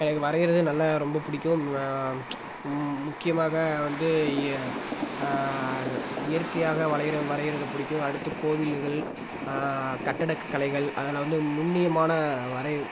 எனக்கு வரையுறது நல்ல ரொம்ப பிடிக்கும் ம முக்கியமாக வந்து இய இயற்கையாக வளையிற வரையுறது பிடிக்கும் அடுத்து கோவில்கள் கட்டடக்கு கலைகள் அதில் வந்து நுண்ணியமான வரை